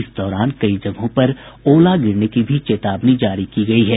इस दौरान कई जगहों पर ओला गिरने की भी चेतावनी जारी की गयी है